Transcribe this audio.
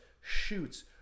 shoots